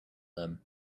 them